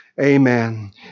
amen